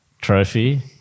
trophy